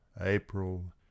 April